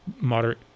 moderate